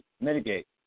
mitigate